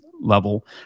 level